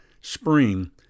spring